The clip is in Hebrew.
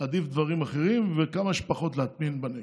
עדיף דברים אחרים וכמה שפחות להטמין בנגב.